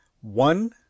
One